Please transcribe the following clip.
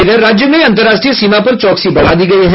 इधर राज्य में अंतर्राष्ट्रीय सीमा पर चौकसी बढ़ा दी गयी है